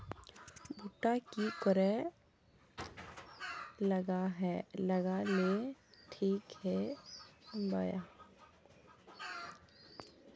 भुट्टा की करे लगा ले ठिक है बय?